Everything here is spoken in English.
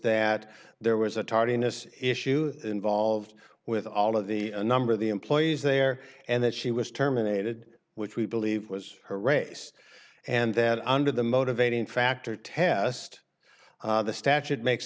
that there was a tardiness issue involved with all of the a number of the employees there and that she was terminated which we believe was her race and that under the motivating factor test the statute makes